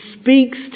speaks